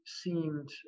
seemed